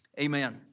amen